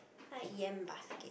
I like yam basket